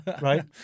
Right